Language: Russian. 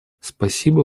спасибо